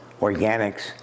organics